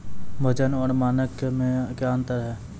वजन और मानक मे क्या अंतर हैं?